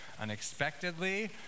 unexpectedly